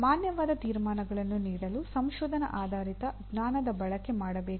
ಮಾನ್ಯವಾದ ತೀರ್ಮಾನಗಳನ್ನು ನೀಡಲು ಸಂಶೋಧನಾ ಆಧಾರಿತ ಜ್ಞಾನದ ಬಳಕೆ ಮಾಡಬೇಕು